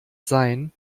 sein